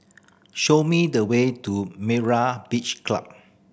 show me the way to Myra Beach Club